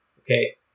Okay